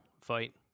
fight